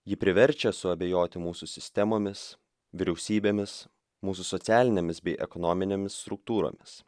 ji priverčia suabejoti mūsų sistemomis vyriausybėmis mūsų socialinėmis bei ekonominėmis struktūromis